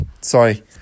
Sorry